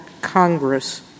Congress